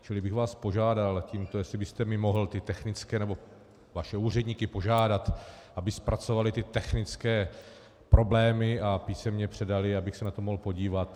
Čili bych vás tímto požádal, jestli byste mi mohl ty technické, nebo vaše úředníky požádat, aby zpracovali ty technické problémy a písemně je předali, abych se na to mohl podívat.